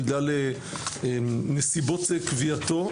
בגלל נסיבות קביעתו,